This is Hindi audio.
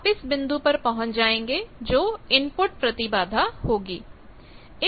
आप इस बिंदु पर पहुंच जाएंगे जो आपकी इनपुट प्रतिबाधा होगी